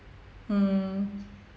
mm